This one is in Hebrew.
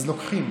אז לוקחים.